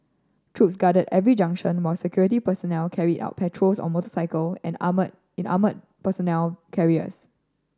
troops guarded every junction while security personnel carried out patrols on motorcycle and armoured in armoured personnel carriers